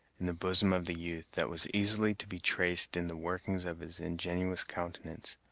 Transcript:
in the bosom of the youth, that was easily to be traced in the workings of his ingenuous countenance.